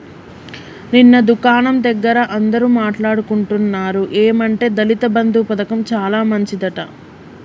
నిన్న దుకాణం దగ్గర అందరూ మాట్లాడుకుంటున్నారు ఏమంటే దళిత బంధు పథకం చాలా మంచిదట